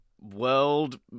world